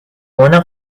buena